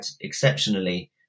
exceptionally